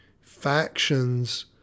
factions